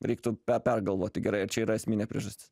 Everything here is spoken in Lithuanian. reiktų pe pergalvoti gerai ar čia yra esminė priežastis